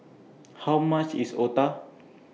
How much IS Otah